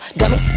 dummy